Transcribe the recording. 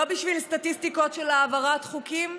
לא בשביל סטטיסטיקות של העברת חוקים,